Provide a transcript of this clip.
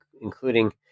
including